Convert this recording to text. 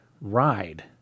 ride